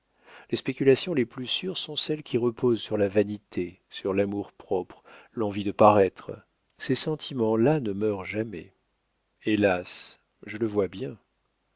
les spéculations les plus sûres sont celles qui reposent sur la vanité sur l'amour-propre l'envie de paraître ces sentiments là ne meurent jamais hélas je le vois bien